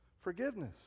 forgiveness